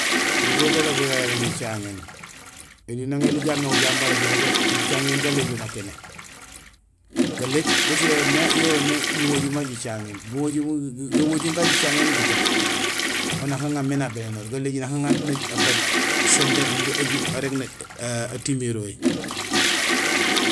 Nijool bélobul yara jicaŋéén; éli nang éli gaamé ujambala, jirégé jicaŋéén galééj jool nakéné. Galééj lét yo yoomé muwajum ma jicaŋéén; muwajum, gawajym ga jicaŋéén ufuto ho nak aŋamé nabélénoor. Galééj nak aŋa nabaaj simbé imbi aju arég natumérohé.